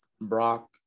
Brock